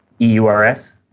EURS